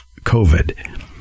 covid